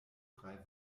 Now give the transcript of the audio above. drei